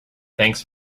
thanks